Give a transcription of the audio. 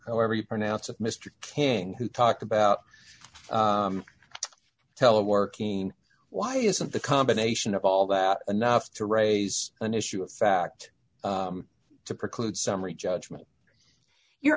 however you pronounce of mr king who talked about teleworking why isn't the combination of all that enough to raise an issue of fact to preclude summary judgment your